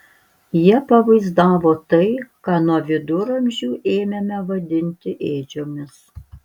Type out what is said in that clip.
jie pavaizdavo tai ką nuo viduramžių ėmėme vadinti ėdžiomis